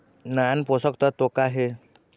नान पोषकतत्व का हे?